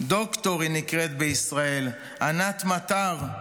של ענת מטר, "דוקטור" היא נקראת בישראל, הנבזית,